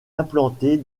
implantée